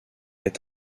est